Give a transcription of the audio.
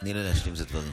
תני לה להשלים את הדברים.